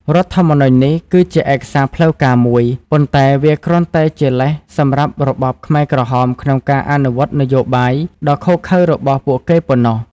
រដ្ឋធម្មនុញ្ញនេះគឺជាឯកសារផ្លូវការមួយ ប៉ុន្តែវាគ្រាន់តែជាលេសសម្រាប់របបខ្មែរក្រហមក្នុងការអនុវត្តនយោបាយដ៏ឃោរឃៅរបស់ពួកគេប៉ុណ្ណោះ។